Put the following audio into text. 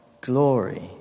glory